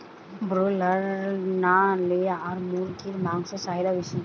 Broiler না layer মুরগির মাংসর চাহিদা বেশি?